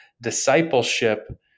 Discipleship